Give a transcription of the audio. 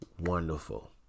wonderful